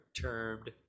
termed